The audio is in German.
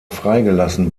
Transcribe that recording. freigelassen